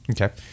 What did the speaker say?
Okay